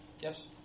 Yes